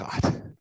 God